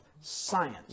science